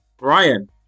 Ryan